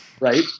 Right